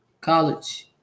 college